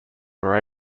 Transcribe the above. were